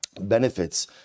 benefits